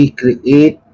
create